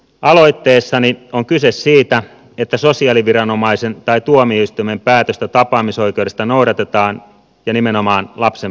aloitteessani on kyse siitä että sosiaaliviranomaisen tai tuomioistuimen päätöstä tapaamisoikeudesta noudatetaan ja nimenomaan lapsen parhaaksi